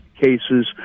cases